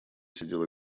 сидел